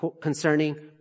concerning